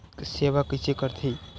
सेवा कइसे करथे?